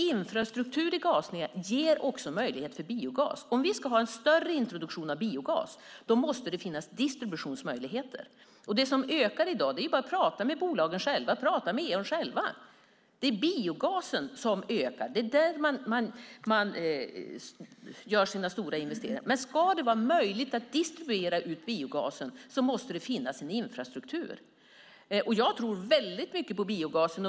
Infrastruktur i gasnät ger också möjlighet till biogas. Om vi ska ha en större introduktion av biogas måste det finnas distributionsmöjligheter. Det som ökar i dag - prata med bolagen, med Eon - är biogasen. Det är där som de stora investeringarna görs. Om det ska vara möjligt att distribuera ut biogasen måste det finnas en infrastruktur. Jag tror mycket på biogasen.